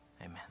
Amen